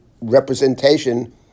representation